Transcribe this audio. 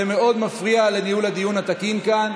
זה מאוד מפריע לניהול הדיון התקין כאן.